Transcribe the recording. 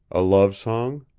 a love song?